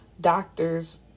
doctors